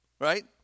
right